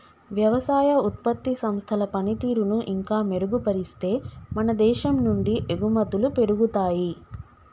వ్యవసాయ ఉత్పత్తి సంస్థల పనితీరును ఇంకా మెరుగుపరిస్తే మన దేశం నుండి ఎగుమతులు పెరుగుతాయి